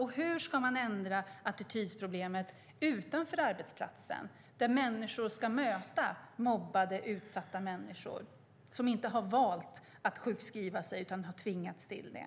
Och hur ska man ändra attitydproblemet utanför arbetsplatsen där människor ska möta mobbade, utsatta människor som inte har valt att sjukskriva sig utan har tvingats till det?